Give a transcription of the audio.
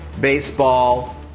baseball